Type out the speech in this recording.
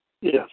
Yes